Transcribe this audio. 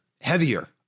heavier